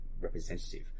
representative